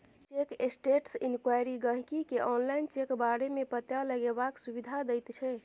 cheque status enquiry गाहिंकी केँ online check बारे मे पता लगेबाक सुविधा दैत छै